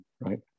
right